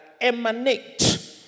emanate